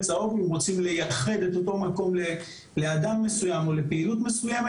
צהוב אם רוצים לייחד את אותו מקום לאדם מסוים או לפעילות מסוימת.